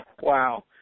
wow